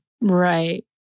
Right